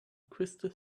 crystal